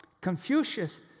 Confucius